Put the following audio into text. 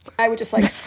i would just like